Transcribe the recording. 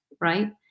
right